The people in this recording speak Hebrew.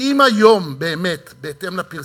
אם היום באמת, בהתאם לפרסומים,